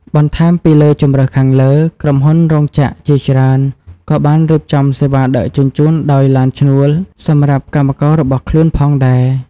បន្ថែមពីលើជម្រើសខាងលើ ក្រុមហ៊ុនរោងចក្រជាច្រើនក៏បានរៀបចំសេវាដឹកជញ្ជូនដោយឡានឈ្នួលសម្រាប់កម្មកររបស់ខ្លួនផងដែរ។